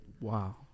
Wow